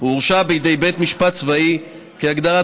"הוא הורשע בידי בית משפט צבאי כהגדרתו